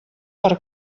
per